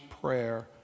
prayer